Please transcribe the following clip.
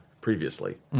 previously